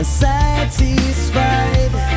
satisfied